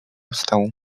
wstał